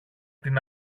την